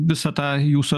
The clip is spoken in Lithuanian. visą tą jūsų